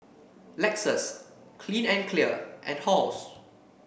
Lexus Clean and Clear and Halls